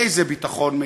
איזה ביטחון מרבי?